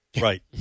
Right